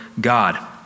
God